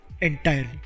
entirely